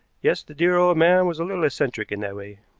yes, the dear old man was a little eccentric in that way.